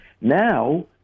Now